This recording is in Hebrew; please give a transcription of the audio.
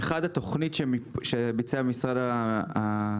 האחד, התוכנית שביצע משרד השיכון,